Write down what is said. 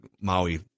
Maui